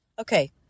Okay